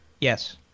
Yes